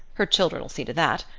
her children'll see to that.